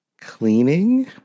cleaning